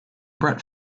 brett